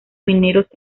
mineros